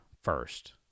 first